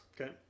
okay